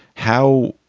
how?